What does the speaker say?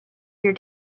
your